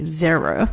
zero